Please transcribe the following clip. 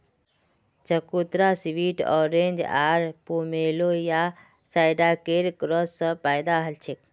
चकोतरा sweet orange आर pomelo या शैडॉकेर क्रॉस स पैदा हलछेक